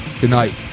Goodnight